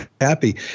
happy